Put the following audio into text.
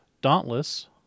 Dauntless